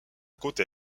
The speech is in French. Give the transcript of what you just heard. côte